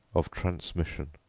of transmission.